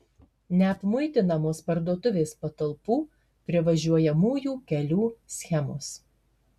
neapmuitinamos parduotuvės patalpų privažiuojamųjų kelių schemos